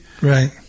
Right